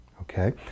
okay